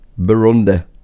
Burundi